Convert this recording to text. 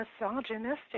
misogynistic